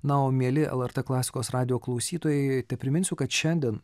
na o mieli lrt klasikos radijo klausytojai tepriminsiu kad šiandien